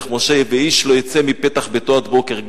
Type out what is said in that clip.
משה: ואיש לא יצא מפתח ביתו עד בוקר.